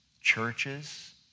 churches